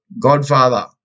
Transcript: Godfather